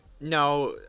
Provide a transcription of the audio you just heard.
No